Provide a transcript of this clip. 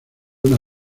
una